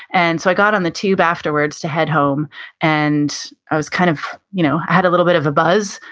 and so i got on the tube afterwards to head home and i was kind of, you know i had a little bit of a buzz,